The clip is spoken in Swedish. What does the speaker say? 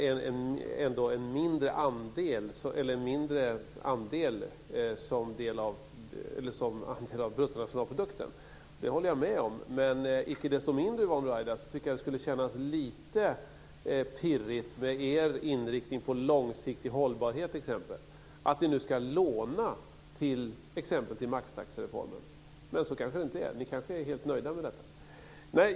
Nu säger Yvonne Ruwaida att det ändå är en mindre andel av bruttonationalprodukten. Det håller jag med om. Icke desto mindre, Yvonne Ruwaida, tycker jag att det skulle kännas lite pirrigt med er inriktning på t.ex. långsiktig hållbarhet att vi nu ska låna till exempelvis maxtaxereformen. Men så kanske det inte är. Ni kanske är helt nöjda med detta.